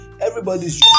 Everybody's